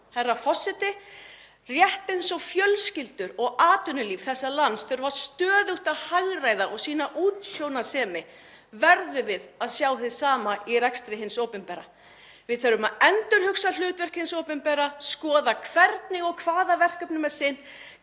Herra forseti. Rétt eins og fjölskyldur og atvinnulíf þessa lands þurfa stöðugt að hagræða og sýna útsjónarsemi verðum við að sjá hið sama í rekstri hins opinbera. Við þurfum að endurhugsa hlutverk hins opinbera, skoða hvernig og hvaða verkefnum er sinnt,